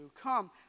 Come